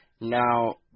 Now